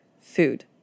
food